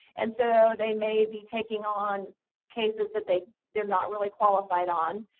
and so they may be taking on cases that they they are not really qualified on.